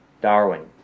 Darwin